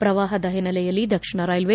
ಪ್ರವಾಪದ ಓನ್ನೆಲೆಯಲ್ಲಿ ದಕ್ಷಿಣ ರೈಲ್ವೆ